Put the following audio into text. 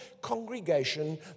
congregation